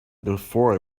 before